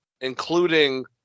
including